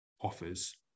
offers